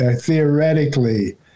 theoretically